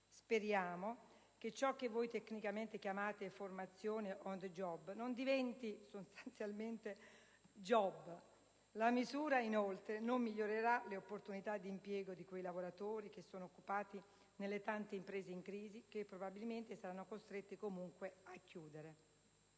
Speriamo che ciò che tecnicamente chiamate formazione *on the job* non diventi sostanzialmente solo *job*. La misura, inoltre, non migliorerà le opportunità di impiego di quei lavoratori che sono occupati nelle tante imprese in crisi, che probabilmente saranno costrette comunque a chiudere.